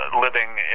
living